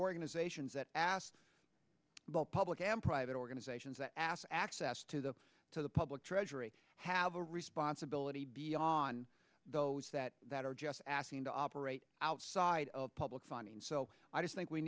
organizations that ask both public and private organizations that ask access to the to the public treasury have a responsibility beyond those that that are just asking to operate outside of public funding so i just think we